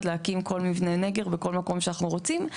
להקים כל מבנה נגר בכל מקום שאנחנו רוצים,